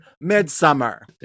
midsummer